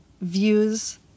views